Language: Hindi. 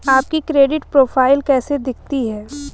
आपकी क्रेडिट प्रोफ़ाइल कैसी दिखती है?